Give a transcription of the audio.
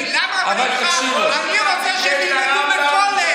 יבגני, גם הבנים שלך, אני רוצה שהם ילמדו בכולל.